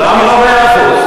למה באחוזים?